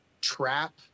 trap